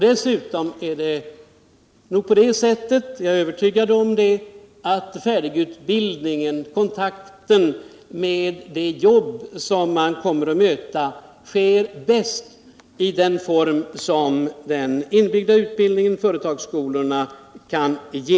Dessutom är det på det sättet — jag är övertygad om det — att färdigutbildningen, kontakterna med det jobb som man kommer att möta, bäst sker i den form som den inbyggda utbildningen och företagsskolorna kan ge.